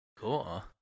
Cool